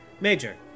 Major